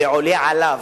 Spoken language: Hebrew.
ועולה עליו,